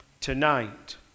tonight